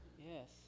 Yes